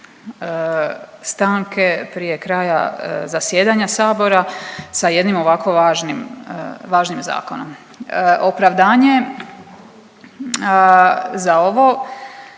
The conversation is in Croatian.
stanke, prije kraja zasjedanja Sabora sa jednim ovako važnim zakonom. Opravdanje za ovo